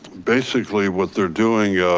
basically what they're doing,